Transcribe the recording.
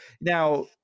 now